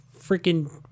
freaking